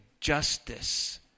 justice